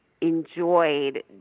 enjoyed